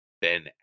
Ben